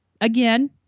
again